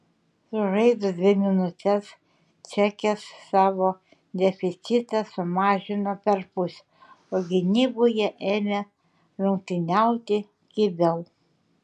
sužaidus dvi minutes čekės savo deficitą sumažino perpus o gynyboje ėmė rungtyniauti kibiau